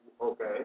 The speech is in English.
Okay